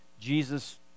Jesus